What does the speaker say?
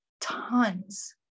tons